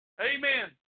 Amen